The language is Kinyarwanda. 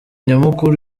nyamukuru